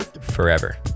forever